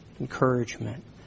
encouragement